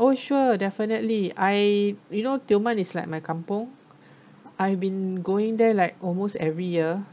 oh sure definitely I you know tioman is like my kampung I've been going there like almost every year